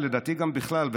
ולדעתי גם בכלל,